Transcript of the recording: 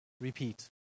repeat